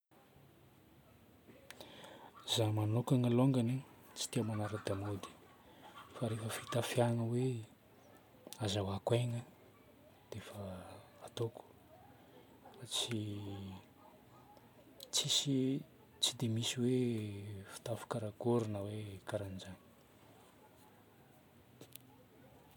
Za manokagna alongany tsy dia magnara-damaody fa rehefa fitafiagna hoe azahoako aigna dia efa ataoko. Tsy, tsisy, tsy dia misy hoe fitafy karakôry na hoe karan'izany.